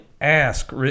ask